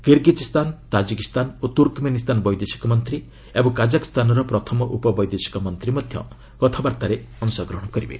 Kyrgyzstan Tajikistan ଓ Turkmenistan ବୈଦେଶିକ ମନ୍ତ୍ରୀ ଓ କାଜାକସ୍ତାନର ପ୍ରଥମ ଉପ ବୈଦେଶିକ ମନ୍ତ୍ରୀ ମଧ୍ୟ କଥାବାର୍ତ୍ତାରେ ଅଂଶଗ୍ରହଣ କରିବେ